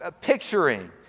picturing